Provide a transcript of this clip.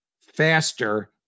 faster